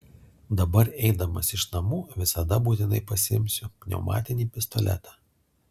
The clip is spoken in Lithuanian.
dabar eidamas iš namų visada būtinai pasiimsiu pneumatinį pistoletą